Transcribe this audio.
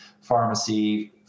pharmacy